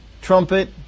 trumpet